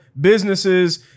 businesses